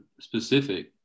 specific